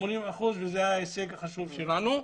וזה ההישג החשוב שלנו.